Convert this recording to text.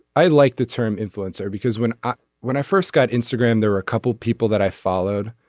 i like the term influencer because when i when i first got instagram there were a couple of people that i followed.